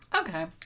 Okay